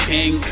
King